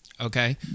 Okay